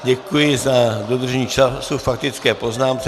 Děkuji za dodržení času k faktické poznámce.